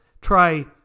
Try